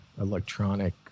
electronic